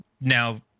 now